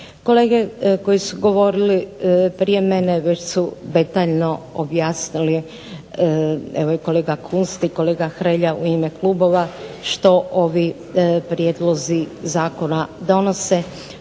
Kolege koji su govorili prije mene već su detaljno objasnili, evo i kolega Kunst i kolega Hrelja u ime klubova što ovi prijedlozi zakona donose.